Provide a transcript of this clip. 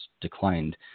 declined